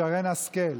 חברת הכנסת שרן השכל,